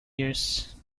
years